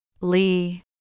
Lee